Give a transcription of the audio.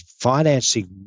financing